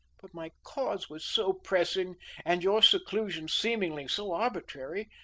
but my cause was so pressing and your seclusion seemingly so arbitrary.